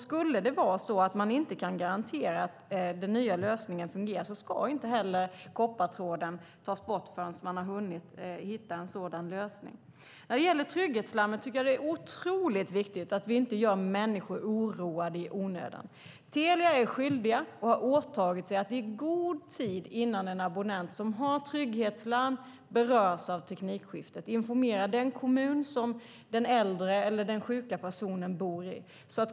Skulle det vara så att de inte kan garantera att den nya lösningen fungerar ska inte heller koppartråden tas bort. När det gäller trygghetslarmet tycker jag att det är otroligt viktigt att vi inte gör människor oroade i onödan. Telia är skyldiga och har åtagit sig att i god tid innan en abonnent som har trygghetslarm berörs av teknikskiftet informera den kommun som den äldre eller den sjuka personen bor i.